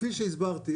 כפי שהסברתי,